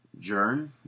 Jern